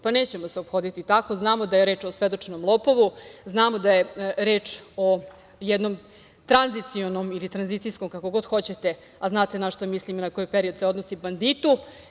Pa, nećemo se ophoditi tako, znamo da je reč o osvedočenom lopovu, znamo da je reč o jednom tranzicionom ili tranzicijskom, kako god hoćete, a znate na šta mislim i na koji period se odnosi, banditu.